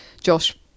Josh